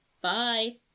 Bye